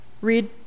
Read